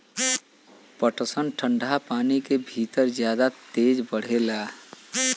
पटसन ठंडा पानी के भितर जादा तेज बढ़ेला